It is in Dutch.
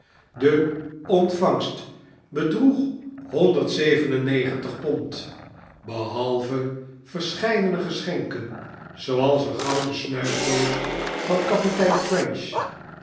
de ontvangst bedroeg zeventig pond behalve verscheidene geschenken zooals eene gouden snuifdoos van kapitein trench